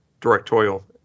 directorial